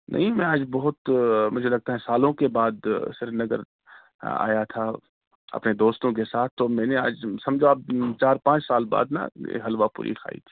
نہیں میں آج بہت مجھے لگتا ہے سالوں کے بعد سری نگر آیا تھا اپنے دوستوں کے ساتھ تو میں نے آج سمجھو آپ چار پانچ سال بعد نا یہ حلوہ پوری کھائی تھی